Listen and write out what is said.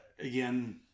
again